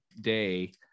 day